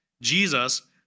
Jesus